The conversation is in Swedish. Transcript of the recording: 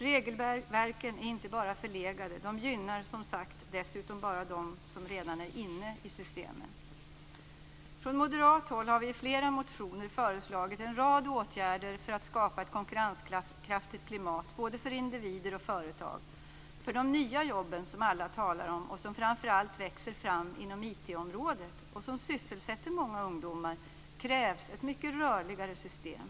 Regelverken är inte bara förlegade. De gynnar som sagt dessutom bara dem som redan är inne i systemen. Från moderat håll har vi i flera motioner föreslagit en rad åtgärder för att skapa ett konkurrenskraftigt klimat både för individer och företag. För de "nya jobben" som alla talar om, som framför allt växer fram inom IT-området och som sysselsätter många ungdomar, krävs ett mycket rörligare system.